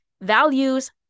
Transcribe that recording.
values